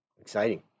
exciting